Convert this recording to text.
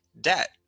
debt